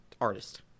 artist